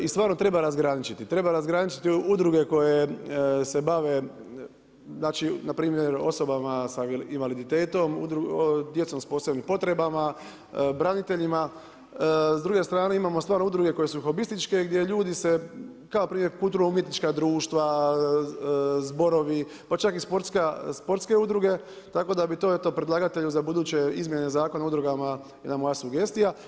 I stvarno treba razgraničiti, treba razgraničiti udruge koje se bave npr. osobama sa invaliditetom, djecom s posebnim potrebama, braniteljima s druge strane imamo stvarno udruge koje su hobističke gdje ljudi se kao npr. kulturno umjetnička društva, zborovi pa čak i sportske udruge, tako da bi to predlagatelju za buduće izmjene Zakona o udrugama jedna moja sugestija.